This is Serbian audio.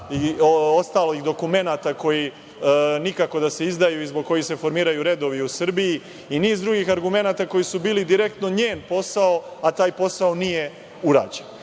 i ostalih dokumenata, koji nikako da se izdaju i zbog kojih se formiraju redovi u Srbiji i niz drugih argumenata koji su bili direktno njen posao, a taj posao nije urađen. Sada